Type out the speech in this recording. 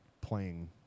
playing